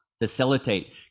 facilitate